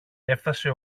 έφθασε